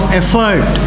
effort